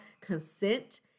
consent